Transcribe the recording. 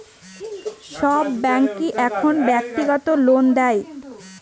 সব ব্যাঙ্কই এখন ব্যক্তিগত লোন দেয়